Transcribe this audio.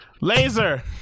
Laser